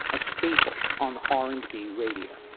a staple on r and b radio